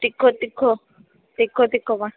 तिखो तिखो तिखो तिखो पाणी